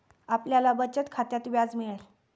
आपल्याला बचत खात्यात व्याज मिळेल